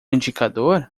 indicador